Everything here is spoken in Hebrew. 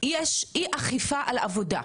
יש אי אכיפה על עבודה,